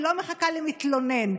היא לא מחכה למתלונן,